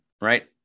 right